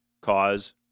cause